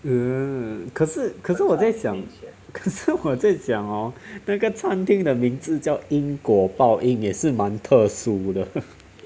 mm 可是可是我在想 可是我在想 hor 这个餐厅的名字叫因果报应也是蛮特殊的